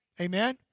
Amen